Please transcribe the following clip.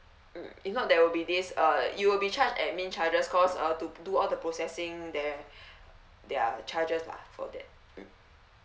mm if not there will be this uh you will be charged admin charges cause uh to do all the processing there there're charges lah for that mm